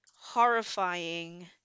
horrifying